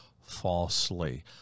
falsely